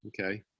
Okay